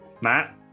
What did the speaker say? Matt